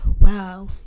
wow